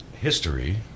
history